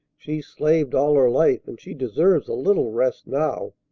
she's slaved all her life, and she deserves a little rest now.